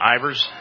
Ivers